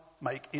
make